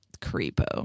creepo